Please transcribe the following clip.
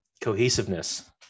cohesiveness